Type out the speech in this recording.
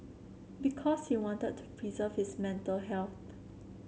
because he wanted to preserve his mental health